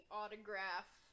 autograph